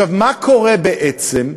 עכשיו, מה קורה בעצם?